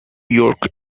york